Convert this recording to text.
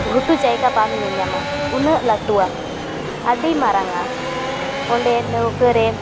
ᱜᱷᱩᱴᱩ ᱡᱟᱭᱜᱟ ᱵᱟᱢ ᱧᱮᱞ ᱧᱟᱢᱟ ᱩᱱᱟᱹᱜ ᱞᱟᱴᱩᱭᱟ ᱟᱹᱰᱤ ᱢᱟᱨᱟᱝᱼᱟ ᱚᱸᱰᱮ ᱱᱟᱹᱣᱠᱟᱹ ᱨᱮ